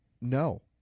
No